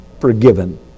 forgiven